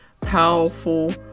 powerful